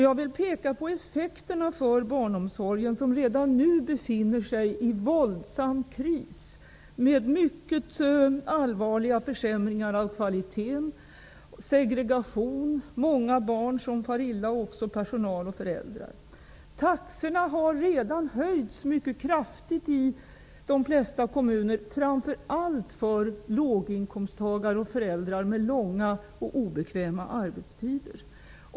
Jag vill peka på effekterna för barnomsorgen, som redan nu befinner sig i våldsam kris. Det har skett mycket allvarliga försämringar av kvaliteten, och segregationen har ökat. Många barn far illa, och det gör också personal och föräldrar. Taxorna har redan höjts mycket kraftigt i de flesta kommuner, framför allt för låginkomsttagare och föräldrar med långa och obekväma arbetstider.